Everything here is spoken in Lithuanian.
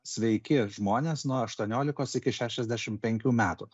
sveiki žmonės nuo aštuoniolikos iki šešiasdešim penkių metų